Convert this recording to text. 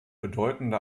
bedeutende